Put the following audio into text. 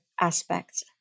aspects